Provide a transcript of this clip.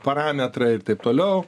parametrai ir taip toliau